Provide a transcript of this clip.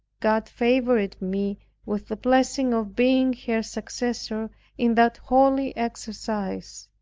god favored me with the blessing of being her successor in that holy exercise.